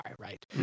Right